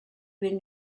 been